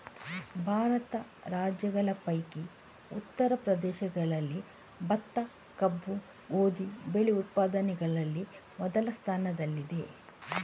ಭಾರತದ ರಾಜ್ಯಗಳ ಪೈಕಿ ಉತ್ತರ ಪ್ರದೇಶದಲ್ಲಿ ಭತ್ತ, ಕಬ್ಬು, ಗೋಧಿ ಬೆಳೆ ಉತ್ಪಾದನೆಯಲ್ಲಿ ಮೊದಲ ಸ್ಥಾನದಲ್ಲಿದೆ